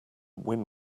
win